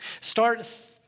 Start